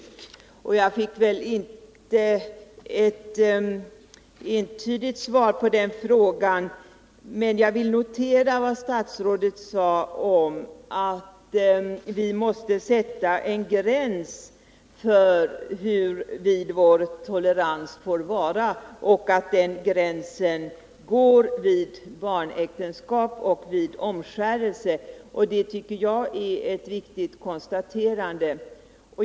Jag fick inte något entydigt svar 19 november 1979 på frågan, men jag vill notera vad statsrådet sade om att vi måste sätta en gräns för vidden av vår tolerans och att den gränsen bör gå vid barnäktenskap Om förbud mot och omskärelse. Det tycker jag är ett viktigt konstaterande.